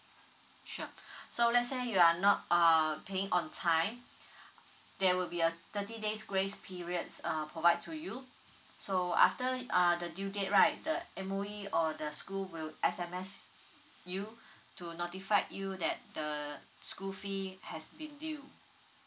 sure so let's say you are not uh paying on time there will be a thirty days grace period um provide to you so after uh the due date right the M_O_E or the school will S_M_S you to notify you that the school fee has been due